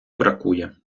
бракує